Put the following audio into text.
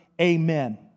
Amen